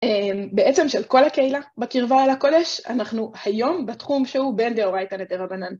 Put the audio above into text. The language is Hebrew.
בעצם של כל הקהילה בקרבה אל הקודש, אנחנו היום בתחום שהוא בין דאורייתא לדרבנן.